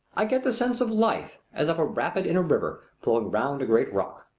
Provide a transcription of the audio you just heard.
i get the sense of life, as of a rapid in a river flowing round a great rock.